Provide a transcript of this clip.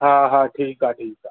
हा हा ठीकु आहे ठीकु आहे